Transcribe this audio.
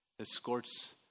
escorts